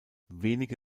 wenige